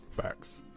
facts